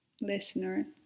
listener